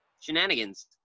shenanigans